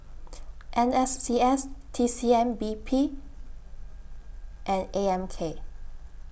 N S C S T C M P B and A M K